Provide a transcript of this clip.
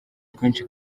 twinshi